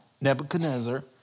Nebuchadnezzar